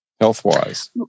health-wise